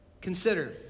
consider